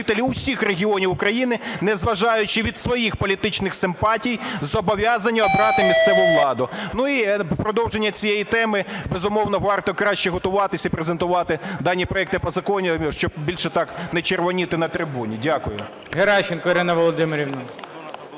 Геращенко Ірина Володимирівна.